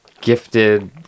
gifted